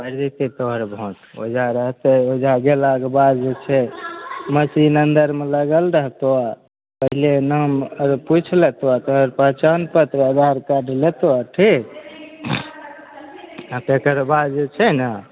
मानि लिअ तोहर भोट वैजा रहतै वैजा गेलाके बाद जे छै मशीन अन्दरमे लगल रहतो तोहर नाम आर पुछि लेतो तोहर पहचान पत्र आधारकार्ड लेतो ठीक आ तेकर बाद जे चाही ने